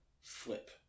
flip